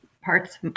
parts